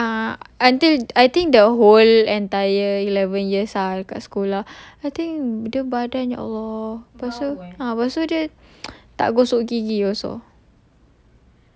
I think ah until I think the whole entire eleven years !huh! kat sekolah I think bedak badannya ya allah lepas tu ah lepas tu dia tak gosok gigi also